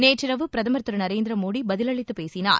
நேற்றிரவு பிரதமர் திரு நரேந்திர மோடி பதிலளித்து பேசினார்